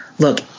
Look